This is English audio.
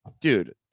dude